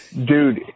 dude